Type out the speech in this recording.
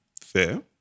Fair